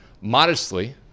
Modestly